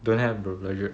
don't have bro legit